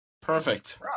Perfect